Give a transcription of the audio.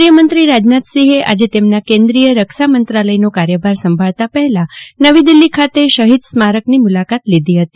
કેન્દ્રીયમંત્રી રાજનાથસિંહે આજે તેમના કેન્દ્રીય રક્ષા મંત્રાલયનો કાર્યભાર સંભાળતા પહેલા નવી દિલ્ફી ખાતે શફીદ સ્મારકની મુલાકાત લીધી ફતી